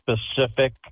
specific